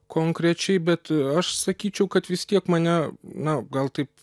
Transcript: konkrečiai bet aš sakyčiau kad vis tiek mane na gal taip